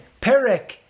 Perek